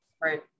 right